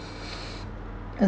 and